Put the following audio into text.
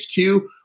HQ